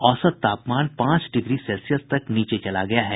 औसत तापमान पांच डिग्री सेल्सियस तक नीचे चला गया है